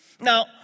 Now